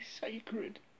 sacred